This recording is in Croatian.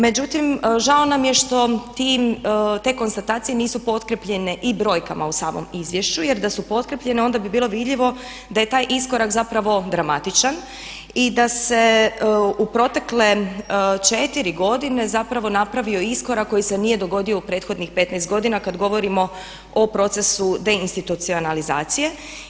Međutim, žao nam je što ti, te konstatacije nisu potkrijepljene i brojkama u samom izvješću, jer da su potkrijepljene onda bi bilo vidljivo da je taj iskorak zapravo dramatičan i da se u protekle 4 godine zapravo napravio iskorak koji se nije dogodio u prethodnih 15 godina kad govorimo o procesu deinstitucionalizacije.